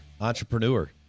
entrepreneur